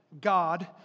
God